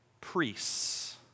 priests